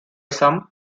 some